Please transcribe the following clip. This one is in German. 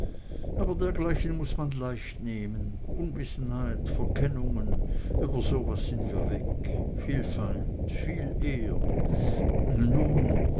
aber dergleichen muß man leichtnehmen unwissenheit verkennungen über so was sind wir weg viel feind viel ehr nur